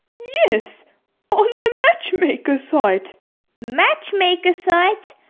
yes on the matchmaker site matchmaker site?